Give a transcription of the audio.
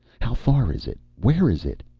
how far is it? where is it?